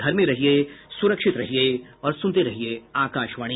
घर में रहिये सुरक्षित रहिये और सुनते रहिये आकाशवाणी